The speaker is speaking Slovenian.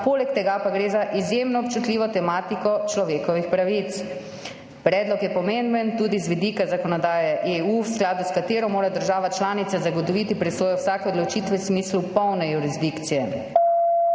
poleg tega pa gre za izjemno občutljivo tematiko človekovih pravic; predlog je pomemben tudi z vidika zakonodaje EU, v skladu s katero mora država članica zagotoviti presojo vsake odločitve v smislu polne jurisdikcije,